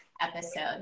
episode